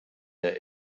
der